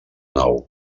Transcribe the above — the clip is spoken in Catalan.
nou